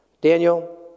Daniel